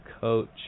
coach